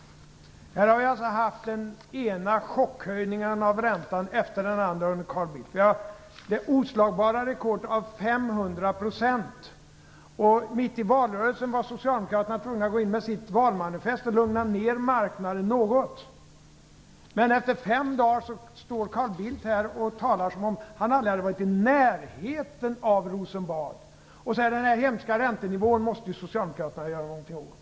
Vi har haft den ena chockhöjningen av räntan efter den andra under Carl Bildt. Vi har haft det oslagbara rekordet på 500 Mitt i valrörelsen var Socialdemokraterna tvungna att gå in med sitt valmanifest för att lugna ner marknaden något. Men efter fem dagar står Carl Bildt här och talar som om han aldrig har varit i närheten av Rosenbad och säger: Den här hemska räntenivån måste Socialdemokraterna göra någonting åt.